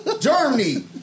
Germany